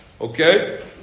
Okay